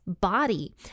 body